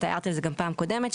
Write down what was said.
והערת את זה גם בפעם הקודמת,